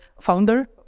founder